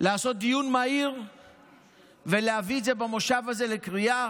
לעשות דיון מהיר ולהביא את זה במושב הזה לקריאה